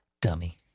Dummy